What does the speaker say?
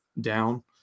down